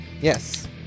Yes